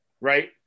right